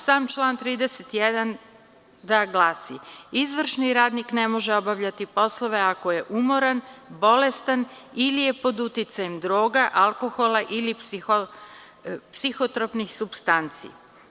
Sam član 31. glasi: „Izvršni radnik ne može obavljati poslove ako je umoran, bolestan ili je pod uticajem droga, alkohola ili psihotropnih supstanci.